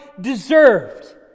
deserved